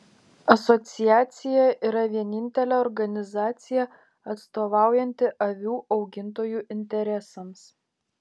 asociacija yra vienintelė organizacija atstovaujanti avių augintojų interesams